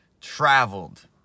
traveled